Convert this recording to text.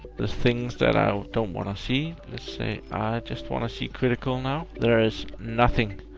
the things that i don't wanna see. let's say i just wanna see critical now. there is nothing.